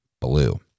Blue